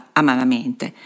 amaramente